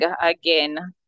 again